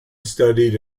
studied